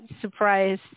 Surprise